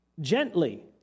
Gently